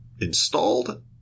installed